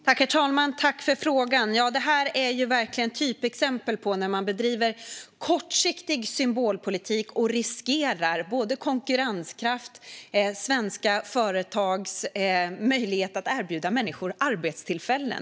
Herr talman! Jag tackar ledamoten för frågan. Det här är ett typexempel på när man bedrivit kortsiktig symbolpolitik och riskerat både svensk konkurrenskraft och svenska företags möjligheter att erbjuda människor arbetstillfällen.